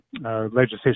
legislation